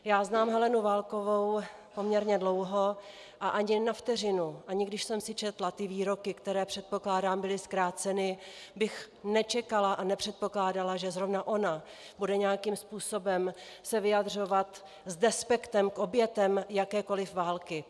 Já znám Helenu Válkovou poměrně dlouho a ani na vteřinu, ani když jsem si četla výroky, které, předpokládám, byly zkráceny, bych nečekala a nepředpokládala, že zrovna ona se bude nějakým způsobem vyjadřovat s despektem k obětem jakékoli války.